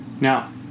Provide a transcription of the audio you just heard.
Now